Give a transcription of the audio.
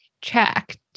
checked